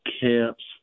camps